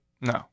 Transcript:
No